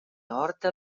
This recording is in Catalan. horta